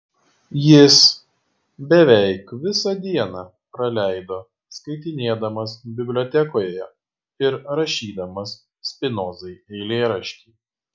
jis beveik visą dieną praleido skaitinėdamas bibliotekoje ir rašydamas spinozai eilėraštį